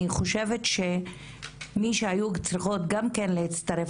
אני חושבת שמי שהיו צריכות גם להצטרף